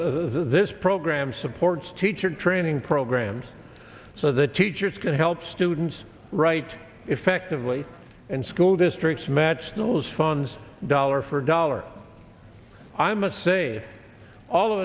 this program supports teacher training programs so the teachers can help students write effectively and school districts match those funds dollar for dollar i must say all of